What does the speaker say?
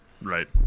Right